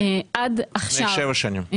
לפני שבע שנים.